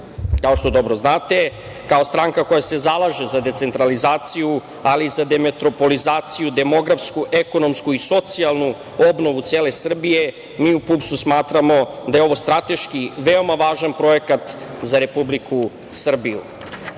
Kao što dobro znate, kao stranka koja se zalaže za decentralizaciju, ali i za demetropolizaciju, demografsku, ekonomsku i socijalnu obnovu cele Srbije, mi u PUPS-u smatramo da je ovo strateški veoma važan projekat za Republiku